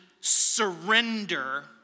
surrender